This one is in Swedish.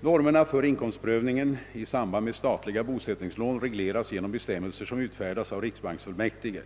Normerna för inkomstprövningen i samband med statliga bosättningslån regleras genom bestämmelser som utfärdas av riksbanksfullmäktige.